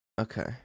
Okay